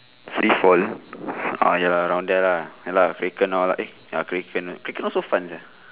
free fall uh ya lah around there lah ya lah kraken all eh ya kraken kraken also fun sia